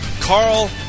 Carl